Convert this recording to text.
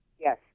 Yes